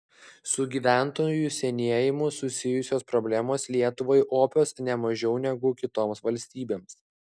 su gyventojų senėjimu susijusios problemos lietuvai opios ne mažiau negu kitoms valstybėms